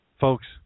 Folks